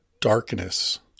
darkness